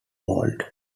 mold